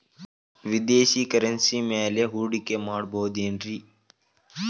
ವಿದೇಶಿ ಕರೆನ್ಸಿ ಮ್ಯಾಲೆ ಹೂಡಿಕೆ ಮಾಡಬಹುದೇನ್ರಿ?